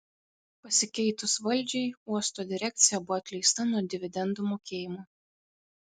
pasikeitus valdžiai uosto direkcija buvo atleista nuo dividendų mokėjimo